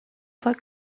fois